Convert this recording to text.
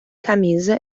camisa